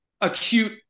acute